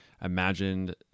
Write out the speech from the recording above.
imagined